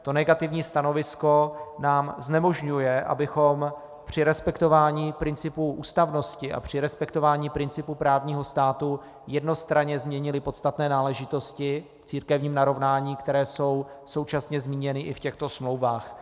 To negativní stanovisko nám znemožňuje, abychom při respektování principů ústavnosti a při respektování principů právního státu jednostranně změnili podstatné náležitosti v církevním narovnání, které jsou současně zmíněny i v těchto smlouvách.